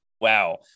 Wow